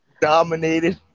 dominated